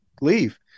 leave